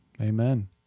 Amen